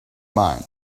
mind